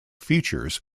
features